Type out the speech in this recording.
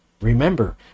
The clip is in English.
Remember